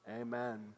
Amen